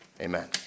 Amen